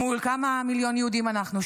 מול כמה מיליון יהודים אנחנו?